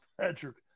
Patrick